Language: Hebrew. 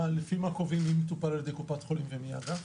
לפי מה קובעים מי מטופל על ידי קופת חולים ומי על ידי האגף?